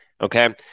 Okay